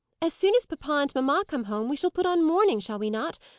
as soon as papa and mamma come home, we shall put on mourning, shall we not?